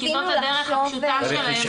כי זאת הדרך הפשוטה שלהם --- את זה.